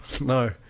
no